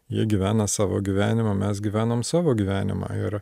jie gyvena savo gyvenimą mes gyvenam savo gyvenimą ir